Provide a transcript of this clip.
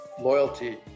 loyalty